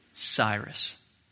cyrus